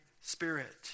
Spirit